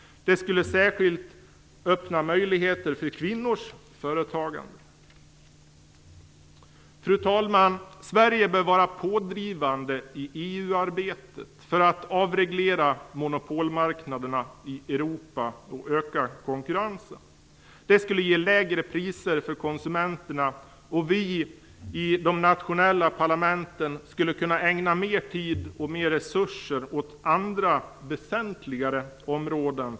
Det skulle särskilt öppna kvinnors möjligheter till företagande. Fru talman! Sverige bör vara pådrivande i EU arbetet för att avreglera monopolmarknaderna i Europa och öka konkurrensen. Det skulle ge konsumenterna lägre priser, och vi i de nationella parlamenten skulle kunna använda våra pengar till att ägna mer tid och resurser åt andra, väsentligare områden.